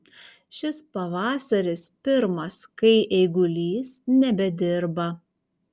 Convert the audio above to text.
šis pavasaris pirmas kai eigulys nebedirba